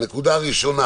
הנקודה הראשונה